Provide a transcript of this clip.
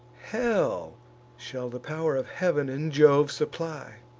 hell shall the pow'r of heav'n and jove supply.